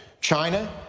China